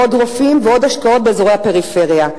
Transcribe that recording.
עוד רופאים ועוד השקעות באזורי הפריפריה.